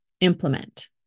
implement